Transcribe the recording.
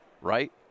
right